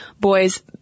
boys